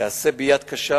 ייעשה ביד קשה